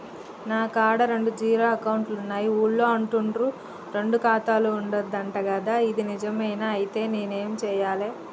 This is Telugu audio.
నా కాడా రెండు జీరో అకౌంట్లున్నాయి ఊళ్ళో అంటుర్రు రెండు ఖాతాలు ఉండద్దు అంట గదా ఇది నిజమేనా? ఐతే నేనేం చేయాలే?